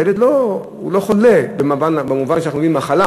הילד לא חולה במובן שאנחנו אומרים מחלה,